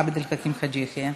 עבד אל חכים חאג' יחיא.